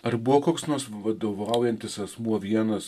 ar buvo koks nors vadovaujantis asmuo vienas